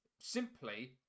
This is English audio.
Simply